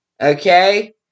Okay